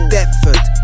Deptford